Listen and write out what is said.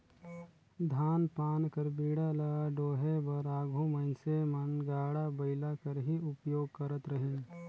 धान पान कर बीड़ा ल डोहे बर आघु मइनसे मन गाड़ा बइला कर ही उपियोग करत रहिन